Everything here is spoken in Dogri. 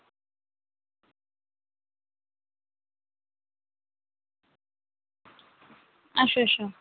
अच्छा अच्छा